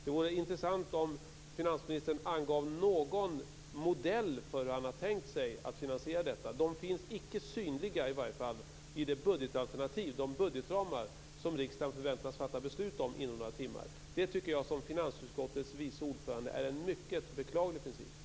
Det vore intressant om finansministern angav någon modell för hur han har tänkt sig att finansiera detta. De finns i varje fall inte synliga i det budgetalternativ och budgetramar som riksdagen förväntas fatta beslut om inom några timmar. Det tycker jag som finansutskottets vice ordförande är en mycket beklaglig princip.